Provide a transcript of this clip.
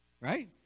right